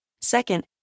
Second